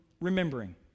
remembering